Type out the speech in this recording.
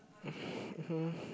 mmhmm